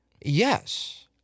yes